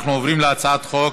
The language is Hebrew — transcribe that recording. אנחנו עוברים להצעת חוק.